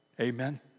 Amen